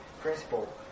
principle